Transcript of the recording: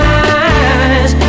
eyes